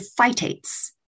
phytates